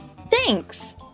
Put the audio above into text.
Thanks